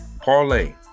parlay